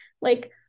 Like-